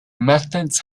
methods